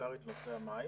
פרלמנטרית לנושא המים,